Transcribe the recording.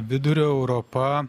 vidurio europa